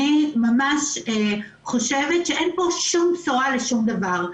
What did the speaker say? אני ממש חושבת שאין שום בשורה לשום דבר.